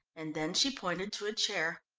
and then she pointed to a chair.